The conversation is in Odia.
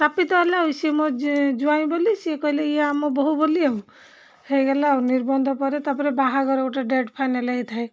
ସ୍ଥାପିତ ହେଲା ଆଉ ସିଏ ମୋ ଜ୍ୱାଇଁ ବୋଲି ସିଏ କହିଲେ ଇଏ ଆମ ବୋହୁ ବୋଲି ଆଉ ହେଇଗଲା ଆଉ ନିର୍ବନ୍ଧ ପରେ ତା'ପରେ ବାହାଘର ଗୋଟେ ଡେଟ୍ ଫାଇନାଲ୍ ହେଇଥାଏ